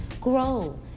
grow